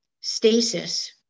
stasis